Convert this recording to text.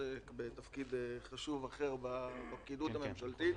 עוסק בתפקיד חשוב אחר בפקידות הממשלתית,